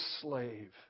slave